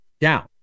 down